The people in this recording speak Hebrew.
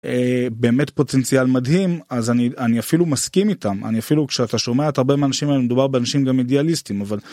באמת פוטנציאל מדהים אז אני אפילו מסכים איתם אני אפילו כשאתה שומע הרבה מאנשים מדובר באנשים גם אידיאליסטים אבל.